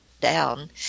down